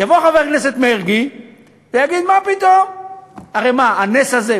לא אנחנו כחברי הכנסת, ובוודאי לא השר הממונה,